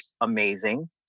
amazing